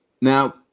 Now